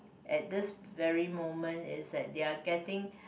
at this very moment is that they are getting